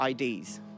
IDs